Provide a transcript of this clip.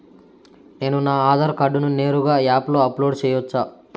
నేను నా ఆధార్ కార్డును నేరుగా యాప్ లో అప్లోడ్ సేయొచ్చా?